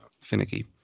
finicky